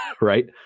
right